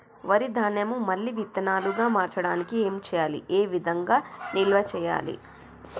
వరి ధాన్యము మళ్ళీ విత్తనాలు గా మార్చడానికి ఏం చేయాలి ఏ విధంగా నిల్వ చేయాలి?